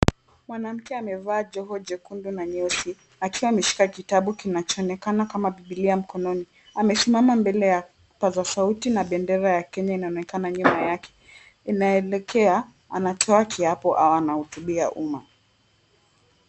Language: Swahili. Mwanamke amevaa joho jekundu na nyeusi akiwa ameshikilia kitabu kinachoonekana kama bibilia mkononi. Amesimama mbele ya kipaza sauti na bendera ya Kenya inayoonekana nyuma yake. Inaelekea anatoa kiapo ama anahutubia uma.